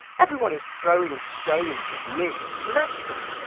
every one is throwing stones at me. let them!